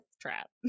trap